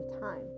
time